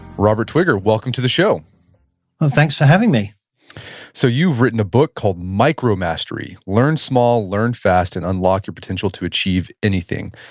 robert twigger, welcome to the show and thanks for having me so you've written a book called, micromastery learn small, learn fast, and unlock your potential to achieve anything.